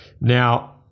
Now